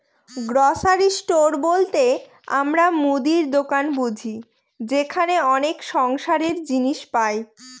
grocery store বলতে আমরা মুদির দোকান বুঝি যেখানে অনেক সংসারের জিনিস পাই